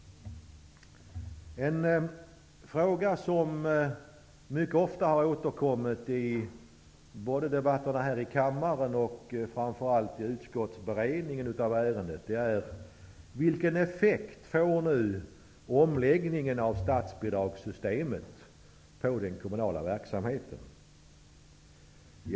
En fråga som mycket ofta återkommer i debatterna i kammaren och framför allt i utskottsberedningen av ärendet är vilken effekt omläggningen av statsbidragssystemet får på den kommunala verksamheten.